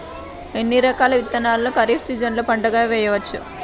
ఎన్ని రకాల విత్తనాలను ఖరీఫ్ సీజన్లో పంటగా వేయచ్చు?